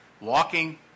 walking